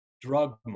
drug